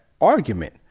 argument